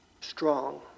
strong